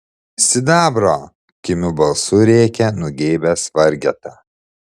sidabro kimiu balsu rėkia nugeibęs vargeta